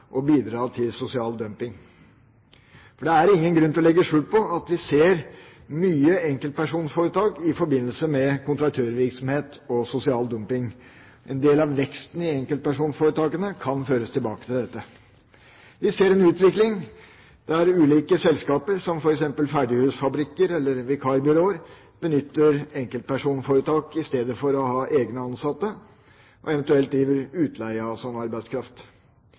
bidra til sosial dumping, for det er ingen grunn til å legge skjul på at vi ser mange enkeltpersonforetak i forbindelse med kontraktørvirksomhet og sosial dumping. En del av veksten i antall enkeltpersonforetak kan føres tilbake til dette. Vi ser en utvikling der ulike selskaper, som f.eks. ferdighusfabrikker eller vikarbyråer, benytter enkeltpersonforetak i stedet for å ha egne ansatte, eventuelt driver utleie av slik arbeidskraft.